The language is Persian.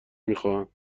میخواهند